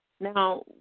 Now